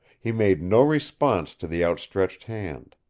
he made no response to the outstretched hand.